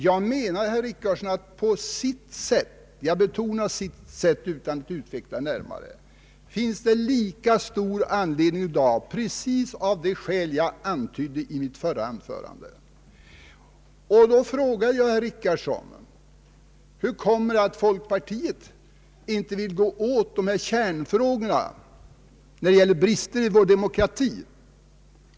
Jag menar, herr Richardson, att på sitt sätt — jag betonar ”sitt sätt” utan att utveckla det närmare — finns det lika stor anledning i dag, just av de skäl jag antydde i mitt förra anförande. Så vill jag fråga herr Richardson: Hur kommer det sig att folkpartiet inte vill gå in på kärnfrågorna när det gäller brister i vår demokrati?